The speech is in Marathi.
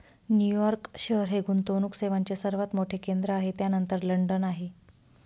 न्यूयॉर्क शहर हे गुंतवणूक सेवांचे सर्वात मोठे केंद्र आहे त्यानंतर लंडन आहे